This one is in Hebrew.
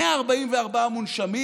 144 מונשמים,